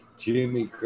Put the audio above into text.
Jimmy